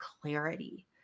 clarity